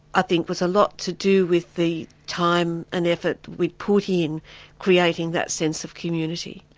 i think, was a lot to do with the time and effort we put in creating that sense of community.